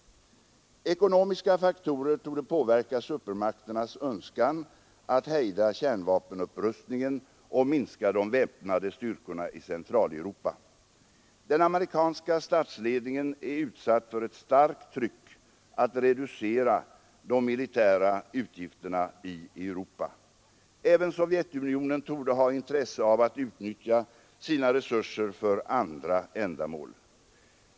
Ekonomiska faktorer torde påverka supermakternas önskan att hejda kärnvapenupprustningen och att minska de väpnade styrkorna i Centraleuropa. Den amerikanska statsledningen är utsatt för ett starkt tryck att reducera de militära utgifterna i Europa. Även Sovjetunionen torde ha intresse av att utnyttja sina resurser för andra ändamål.